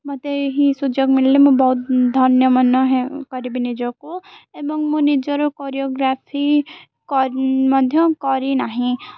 ମୋତେ ଏହିି ସୁଯୋଗ ମିଳିଲେ ମୁଁ ବହୁତ ଧନ୍ୟମନ ହେ କରିବି ନିଜକୁ ଏବଂ ମୁଁ ନିଜର କୋରିଓଗ୍ରାଫି କର ମଧ୍ୟ କରି ନାହିଁ